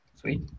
Sweet